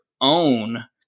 own